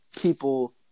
people